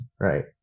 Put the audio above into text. right